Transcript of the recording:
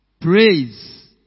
praise